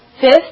Fifth